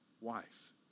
wife